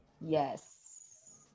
yes